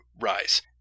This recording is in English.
rise